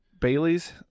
Bailey's